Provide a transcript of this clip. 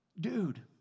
dude